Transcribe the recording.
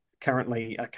currently